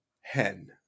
Hen